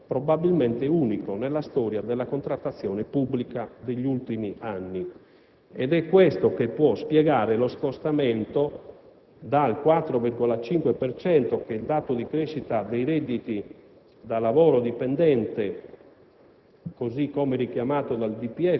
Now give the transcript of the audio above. tratta di un caso probabilmente unico nella storia della contrattazione pubblica degli ultimi anni. Solo così si può spiegare lo scostamento dal 4,5 per cento, dato di crescita dei redditi da lavoro dipendente,